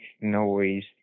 noise